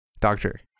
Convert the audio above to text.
doctor